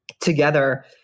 together